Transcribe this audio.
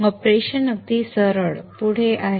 operation अगदी सरळ पुढे आहे